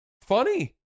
funny